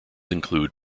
include